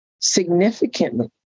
significantly